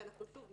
ששוב,